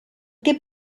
què